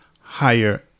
higher